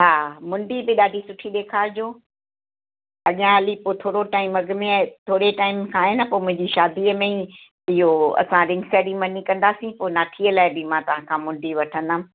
हा मुंडी बि ॾाढी सुठी ॾेखारजो अञा हाली पोइ थोरो टाइम अॻिमें थोरे टाइम खां आहे न पोइ मुंहिंजी शादीअ में ई इहो असां रिंग सेरेमनी कंदासीं पोइ नाठीअ लाइ बि मां तव्हांखां मुंडी वठदमि